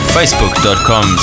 Facebook.com